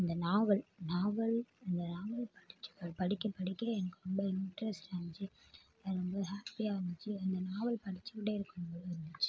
அந்த novel novel அந்த நாவலை படிக்க படிக்க படிக்க எனக்கு ரொம்ப இன்ட்ரெஸ்ட்டாக இருந்துச்சு எனக்கு ரொம்ப ஹேப்பியாக இருந்துச்சு அந்த நாவல் படிச்சிக்கிட்டே இருக்கணும் போல இருந்துச்சு